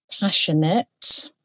passionate